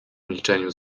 milczeniu